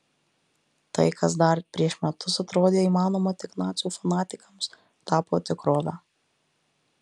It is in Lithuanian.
tai kas dar prieš metus atrodė įmanoma tik nacių fanatikams tapo tikrove